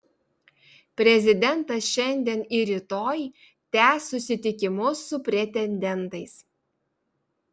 prezidentas šiandien ir rytoj tęs susitikimus su pretendentais